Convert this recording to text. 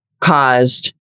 caused